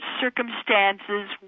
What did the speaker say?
circumstances